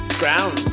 ground